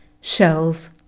shells